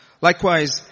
likewise